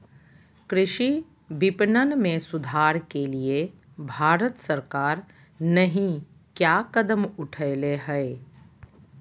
कृषि विपणन में सुधार के लिए भारत सरकार नहीं क्या कदम उठैले हैय?